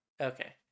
Okay